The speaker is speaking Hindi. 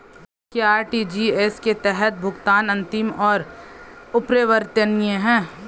क्या आर.टी.जी.एस के तहत भुगतान अंतिम और अपरिवर्तनीय है?